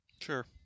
sure